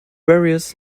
various